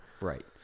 right